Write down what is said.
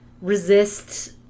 resist